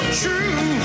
true